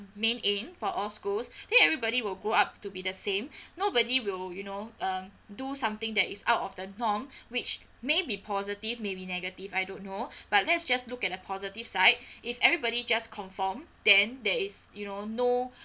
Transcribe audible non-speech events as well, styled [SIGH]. main aim for all schools [BREATH] then everybody will grow up to be the same [BREATH] nobody will you know uh do something that is out of the norm [BREATH] which may be positive may be negative I don't know [BREATH] but let's just look at the positive side [BREATH] if everybody just conform then there is you know no [BREATH]